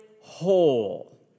whole